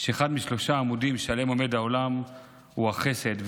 שאחד משלושה עמודים שעליהם עומד העולם הוא החסד.